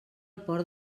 port